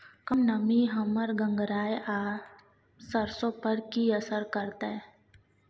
कम नमी हमर गंगराय आ सरसो पर की असर करतै?